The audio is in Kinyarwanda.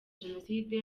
jenoside